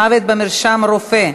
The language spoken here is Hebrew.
מוות במרשם רופא),